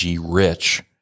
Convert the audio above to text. rich